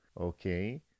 Okay